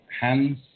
hands